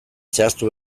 zehaztu